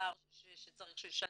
הפער שצריך של שנה,